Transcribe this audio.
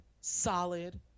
solid